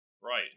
Right